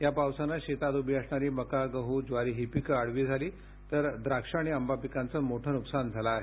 या पावसाने शेतात उभी असणारी मकागहू ज्वारी ही पिके आडवी झाली तर गारपीटीने द्राक्ष आणि आंबा पिकाचं मोठं नुकसान झालं आहे